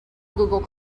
google